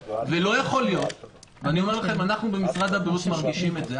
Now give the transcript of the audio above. אנחנו במשרד הבריאות מרגישים את זה.